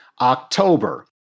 October